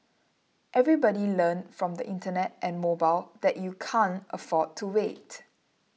everybody learned from the Internet and mobile that you can't afford to wait